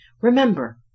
Remember